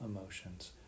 emotions